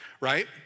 right